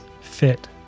fit